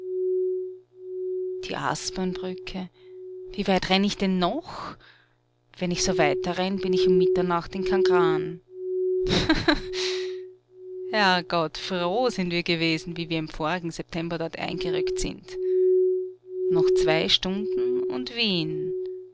die aspernbrücke wie weit renn ich denn noch wenn ich so weiterrenn bin ich um mitternacht in kagran haha herrgott froh sind wir gewesen wie wir im vorigen september dort eingerückt sind noch zwei stunden und wien